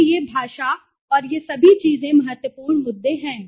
इसलिए भाषा और ये सभी चीजें महत्वपूर्ण मुद्दे हैं